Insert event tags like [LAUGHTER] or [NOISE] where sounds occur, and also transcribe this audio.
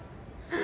[BREATH]